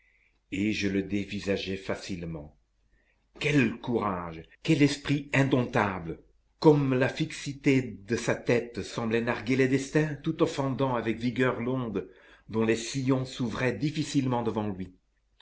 et je le dévisageais facilement quel courage quel esprit indomptable comme la fixité de sa tête semblait narguer le destin tout en fendant avec vigueur l'onde dont les sillons s'ouvraient difficilement devant lui